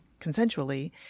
consensually